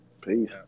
Peace